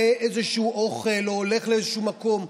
איזשהו אוכל או הולך לאיזה שהוא מקום?